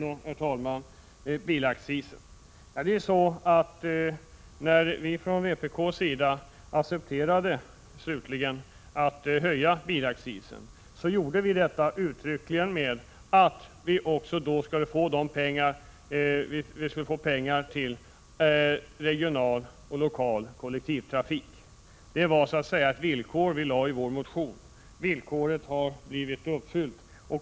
Hetr talman! Sedan till frågan om bilaccisen. När vi från vpk:s sida slutligen accepterade att höja bilaccisen, gjorde vi det uttryckliga förbehållet att vi skulle få de pengarna till regional och lokal kollektivtrafik. Det var ett villkor vi lade i vår motion. Villkoret har blivit uppfyllt.